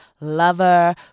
lover